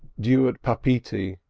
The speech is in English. due at papetee,